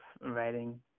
writing